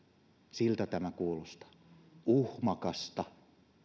siltä tämä kuulostaa uhmakasta